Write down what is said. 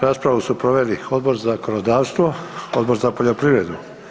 Raspravu su proveli Odbor za zakonodavstvo, Odbor za poljoprivredu.